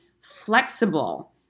flexible